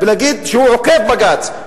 ולהגיד שהוא עוקף בג"ץ,